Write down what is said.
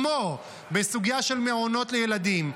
כמו בסוגיה של מעונות לילדים,